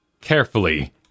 carefully